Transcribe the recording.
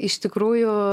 iš tikrųjų